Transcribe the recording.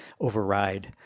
override